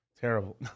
Terrible